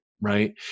right